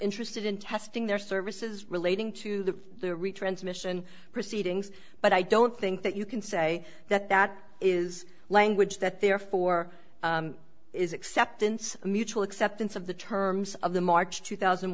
interested in testing their services relating to the retransmission proceedings but i don't think that you can say that that is language that therefore is acceptance a mutual acceptance of the terms of the march two thousand and